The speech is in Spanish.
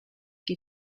que